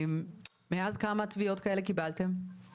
ומאז כמה תביעות כאלה קיבלתם?